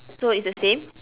so it's the same